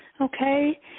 okay